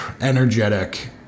energetic